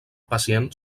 pacient